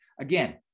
Again